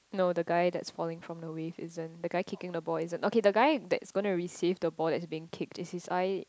no the guy that's falling from the wave isn't the guy kicking the ball isn't okay the guy that's gonna receive the ball that's being kicked is his eye